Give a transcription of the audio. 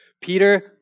Peter